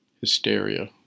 hysteria